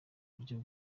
buryo